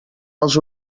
els